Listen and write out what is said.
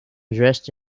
dressed